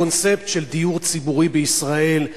לקונספט של דיור ציבורי בישראל,